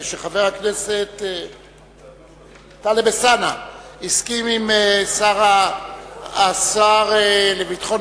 חבר הכנסת טלב אלסאנע הסכים עם השר לביטחון